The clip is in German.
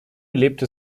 lebte